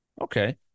Okay